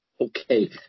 Okay